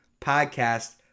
podcast